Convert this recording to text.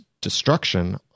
destruction